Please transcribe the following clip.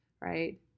right